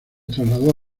trasladó